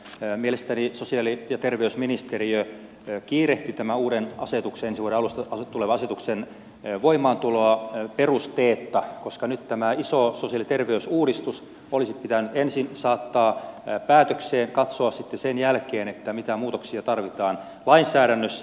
mielestäni sosiaali ja terveysministeriö kiirehti tämän ensi vuoden alusta tulevan asetuksen voimaantuloa perusteetta koska nyt tämä iso sosiaali ja terveysuudistus olisi pitänyt ensin saattaa päätökseen katsoa sitten sen jälkeen mitä muutoksia tarvitaan lainsäädännössä